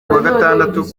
gatandatu